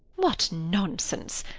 what nonsense!